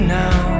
now